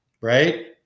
right